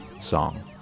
song